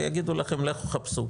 יגידו לכם: לכו חפשו,